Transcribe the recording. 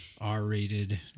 R-rated